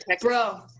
Bro